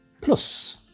Plus